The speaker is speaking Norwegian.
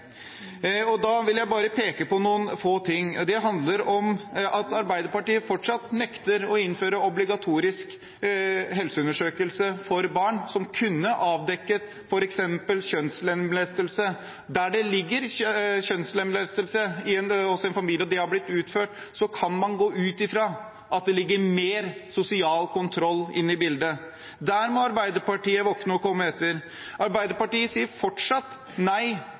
og veike. Da vil jeg peke på noen få ting. Det handler om at Arbeiderpartiet fortsatt nekter å innføre obligatorisk helseundersøkelse for barn som kunne avdekket f.eks. kjønnslemlestelse. Der det er kjønnslemlestelse hos en familie, og det har blitt utført, kan man gå ut fra at det er mer sosial kontroll inne i bildet. Der må Arbeiderpartiet våkne og komme etter. Arbeiderpartiet sier fortsatt nei